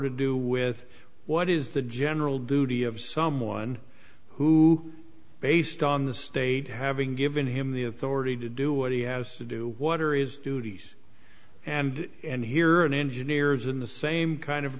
with what is the general duty of someone who based on the state having given him the authority to do what he has to do water is duties and and here and engineers in the same kind of